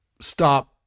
stop